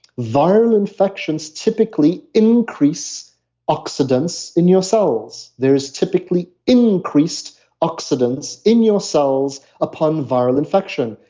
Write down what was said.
viral infections typically increase oxidants in your cells there is typically increased oxidants in your cells upon viral infection.